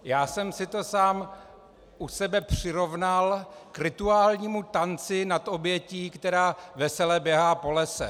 Já jsem si to sám u sebe přirovnal k rituálnímu tanci nad obětí, která vesele běhá po lese.